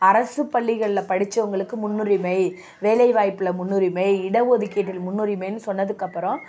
அரசுப் பள்ளிகளில் படித்தவங்களுக்கு முன்னுரிமை வேலைவாய்ப்பில் முன்னுரிமை இட ஒதுக்கீட்டில் முன்னுரிமைன்னு சொன்னதுக்கு அப்புறம்